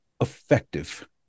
effective